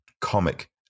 comic